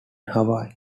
hawaii